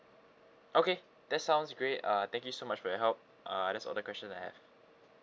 okay that sounds great uh thank you so much for your help uh that's all the questions I have